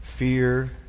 fear